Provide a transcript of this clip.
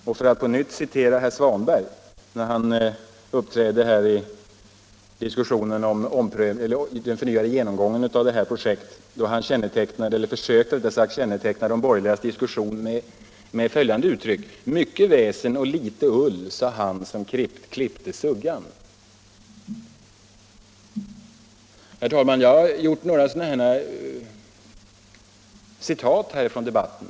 ”Mycket väsen och litet ull, sa” han som klippte suggan” — det var näringsutskottets ordförandes sätt att känneteckna de borgerligas diskussion av Stålverk 80 för några månader sedan. Jag har gjort några citat ur debatten.